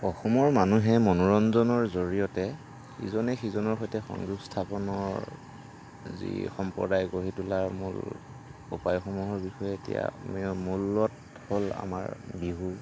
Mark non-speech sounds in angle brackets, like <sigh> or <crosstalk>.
অসমৰ মানুহে মনোৰঞ্জনৰ জৰিয়তে ইজনে সিজনৰ সৈতে সংযোগ স্থাপনৰ যি সম্প্ৰদায় গঢ়ি তোলাৰ মূল উপায়সমূহৰ বিষয়ে এতিয়া <unintelligible> মূলতঃ হ'ল আমাৰ বিহু